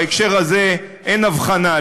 בהקשר הזה אין הבחנה.